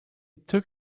took